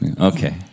Okay